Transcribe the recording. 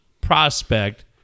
prospect